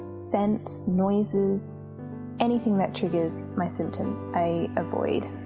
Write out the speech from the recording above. scents, noises anything that triggers my symptoms i avoid,